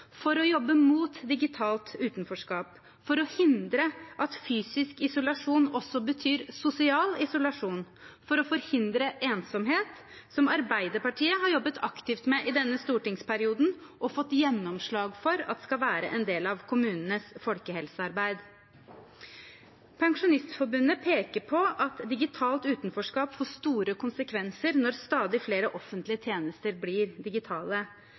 for å jobbe mot digitalt utenforskap, for å hindre at fysisk isolasjon også betyr sosial isolasjon, for å forhindre ensomhet, som Arbeiderpartiet har jobbet aktivt med i denne stortingsperioden og fått gjennomslag for at skal være en del av kommunenes folkehelsearbeid. Pensjonistforbundet peker på at digitalt utenforskap får store konsekvenser når stadig flere offentlige tjenester blir digitale.